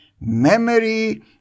memory